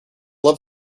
love